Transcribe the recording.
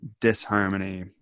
disharmony